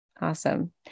Awesome